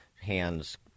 hands